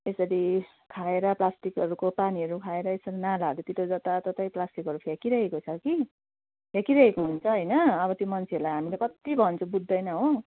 यसरी खाएर प्लास्टिकहरूको पानीहरू खाएर यसरी नालाहरूतिर जताततै प्लास्टिकहरू फ्याँकिरहेको छ कि फ्याँकिरहेको हुन्छ हैन अब त्यो मान्छेहरूलाई हामी कति भन्छु बुझ्दैन हो